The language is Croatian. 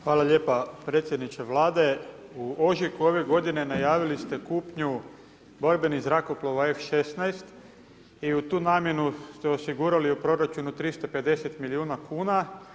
Hvala lijepo predsjedniče Vlade, u ožujku ove g. najavili ste kupnju borbenih zrakoplova F16 i u tu namjenu ste osigurali u proračunu 350 milijuna kn.